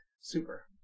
Super